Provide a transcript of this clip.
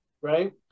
right